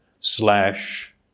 slash